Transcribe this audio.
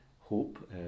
hope